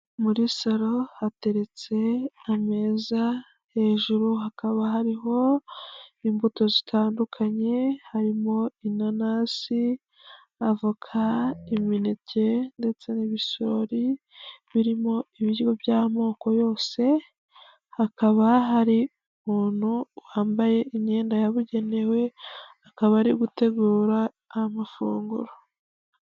Muri salo hateretse ameza, hejuru hakaba hariho imbuto zitandukanye harimo: inanasi, avoka, imineke ndetse n'ibisori birimo ibiryo by'amoko yose, hakaba hari umuntu wambaye imyenda yabugenewe, akaba ari gutegura amafunguro.